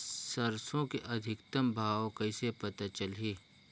सरसो के अधिकतम भाव कइसे पता चलही?